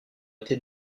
été